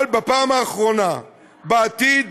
אבל, בפעם האחרונה, בעתיד